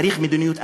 צריך מדיניות אמיצה,